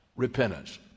repentance